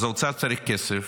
אז האוצר צריך כסף,